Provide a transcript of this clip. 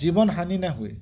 ଜୀବନ ହାନି ନା ହୁଏ